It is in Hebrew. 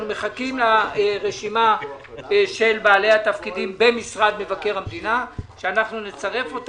אנחנו מחכים לרשימה של בעלי התפקידים במשרד מבקר המדינה אותה נצרף.